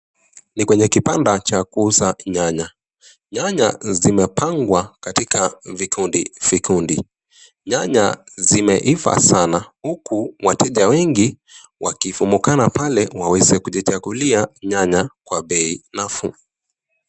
Ni kwenye kibanda cha kuuza nyanya. Nyanya zimepangwa katika vikundi vikundi. Nyanya zimeiva sana uku wateja wengi wakifumukana pale waweze kujichagulia nyanya kwa bei nafuu.